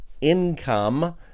income